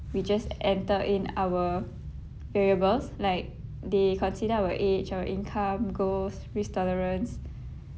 we just enter in our variables like they consider our age or income gross risk tolerance